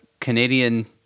Canadian